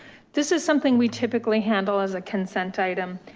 this is something we typically handle as a consent item,